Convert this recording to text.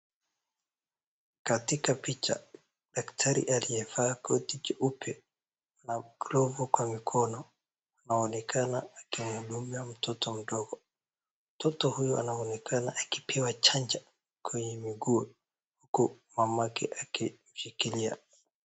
Katika picha daktari aliyevaa koti jeupe na groho Kwa mikono anaonekana akimuhudumia mtoto mdogo, mtoto huyo anaonekana akipewa chanja kwenye miguu huku mamake akimshikilia.